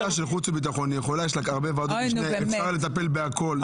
לוועדת חוץ וביטחון יש הרבה ועדות משנה ואפשר לטפל בכל.